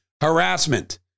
harassment